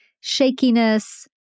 shakiness